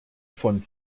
von